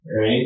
right